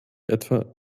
etwa